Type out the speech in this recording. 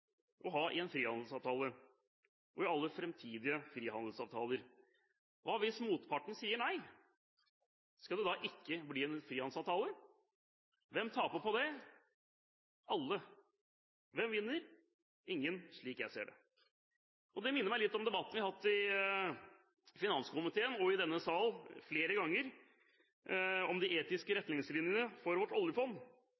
å ha med dette i en frihandelsavtale og i alle framtidige frihandelsavtaler? Hva hvis motparten sier nei – skal det da ikke bli en frihandelsavtale? Hvem taper på det? Alle. Hvem vinner? Ingen, slik jeg ser det. Det minner meg litt om debatten vi har hatt i finanskomiteen og i denne sal flere ganger, om de etiske